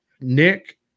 Nick